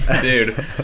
dude